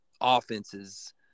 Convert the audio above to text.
offenses